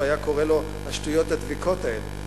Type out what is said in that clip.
היה קורא לו "השטויות הדביקות האלה",